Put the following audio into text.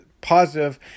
positive